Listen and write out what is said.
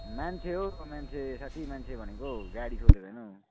मान्छे हौ मान्छे साथी मान्छे भनेको गाडी सोधेको होइन हौ